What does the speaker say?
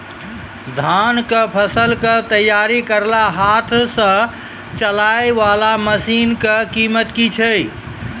धान कऽ फसल कऽ तैयारी करेला हाथ सऽ चलाय वाला मसीन कऽ कीमत की छै?